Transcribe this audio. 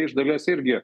iš dalies irgi